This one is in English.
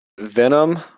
Venom